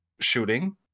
shooting